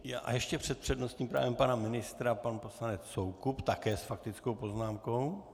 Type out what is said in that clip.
A ještě před přednostním právem pana ministra pan poslanec Soukup také s faktickou poznámkou.